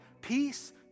peace